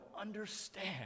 understand